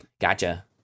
Gotcha